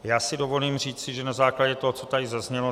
Já si dovolím říci, že na základě toho, co tady zaznělo.